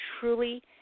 truly